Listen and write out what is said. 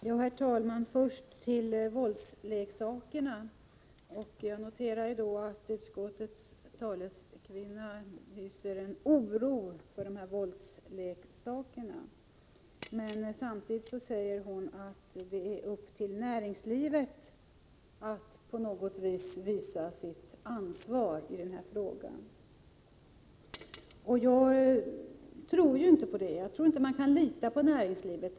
Herr talman! Först om våldsleksakerna. Jag noterar att utskottets taleskvinna hyser oro för våldsleksakerna, men samtidigt säger hon att det ankommer på näringslivet att visa sitt ansvar i frågan. Jag tror inte att man kan lita på näringlivet.